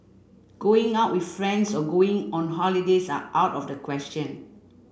going out with friends or going on holidays are out of the question